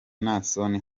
naason